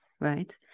right